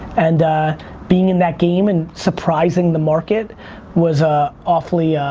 and being in that game and surprising the market was ah awfully